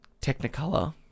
Technicolor